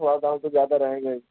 تھوڑا دام تو زیادہ رہے گا ہی